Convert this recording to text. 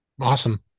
Awesome